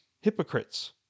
hypocrites